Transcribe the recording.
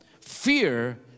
Fear